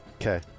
Okay